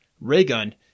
Raygun